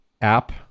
app